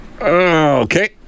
Okay